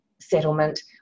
settlement